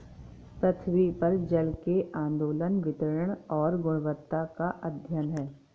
पृथ्वी पर जल के आंदोलन वितरण और गुणवत्ता का अध्ययन है